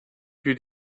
più